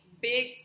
big